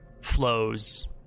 flows